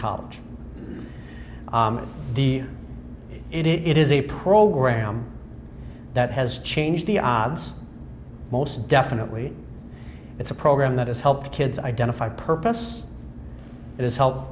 college the it is a program that has changed the odds most definitely it's a program that has helped kids identify purpose it is help